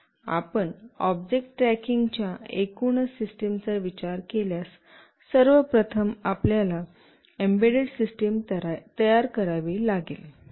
आपण object tracking च्या एकूणच सिस्टम चा विचार केल्यास सर्व प्रथम आपल्याला एम्बेडेड सिस्टम तयार करावी लागेल